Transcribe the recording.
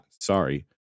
sorry